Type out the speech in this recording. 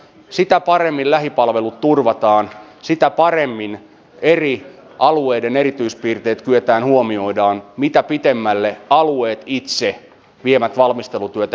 sitä paremmin lähipalvelut turvataan sitä paremmin eri alueiden erityispiirteet kyetään huomioimaan mitä pitemmälle alueet itse vievät valmistelutyötä eteenpäin